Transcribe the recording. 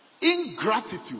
Ingratitude